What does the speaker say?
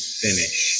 finish